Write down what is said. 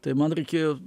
tai man reikėjo